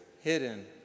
hidden